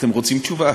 אתם רוצים תשובה?